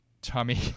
tommy